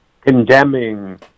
condemning